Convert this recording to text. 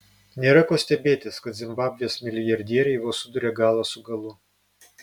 nėra ko stebėtis kad zimbabvės milijardieriai vos suduria galą su galu